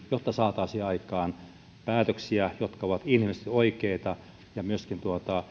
jotta saataisiin aikaan päätöksiä jotka ovat inhimillisesti oikeita ja myöskin